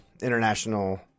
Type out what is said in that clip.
International